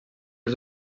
els